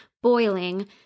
boiling